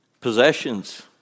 Possessions